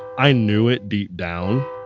i knew it deep down.